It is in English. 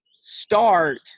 start